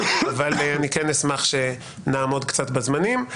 אבל אני כן אשמח שנעמוד קצת בזמנים.